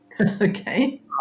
Okay